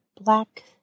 black